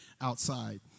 outside